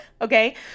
Okay